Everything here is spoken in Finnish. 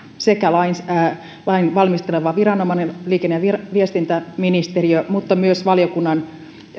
sekä lain valmisteleva viranomainen liikenne ja viestintäministeriö että myös valiokunnan